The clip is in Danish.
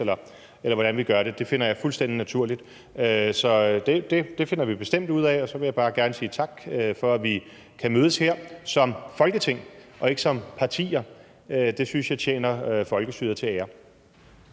eller hvordan vi gør det. Det finder jeg fuldstændig naturligt. Så det finder vi bestemt ud af, og så vil jeg bare gerne sige tak for, at vi kan mødes her som Folketing og ikke som partier. Det synes jeg tjener folkestyret til ære.